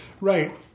Right